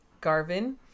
Garvin